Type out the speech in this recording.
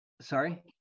Sorry